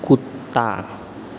कुत्ता